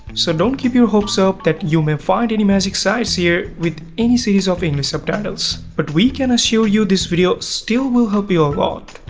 so, don't keep your hopes up that you may find any magic sites here with any series of english subtitles! but we can assure you this video still will help you a lot.